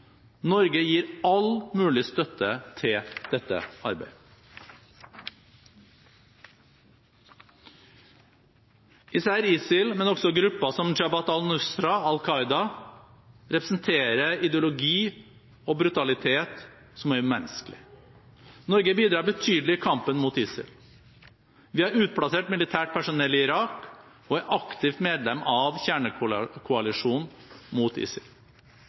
Norge gir all mulig støtte i dette arbeidet. Især ISIL, men også grupper som Jabhat al-Nusra og Al Qaida, representerer ideologi og brutalitet som er umenneskelig. Norge bidrar betydelig i kampen mot ISIL. Vi har utplassert militært personell i Irak og er et aktivt medlem av kjernekoalisjonen mot ISIL.